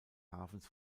hafens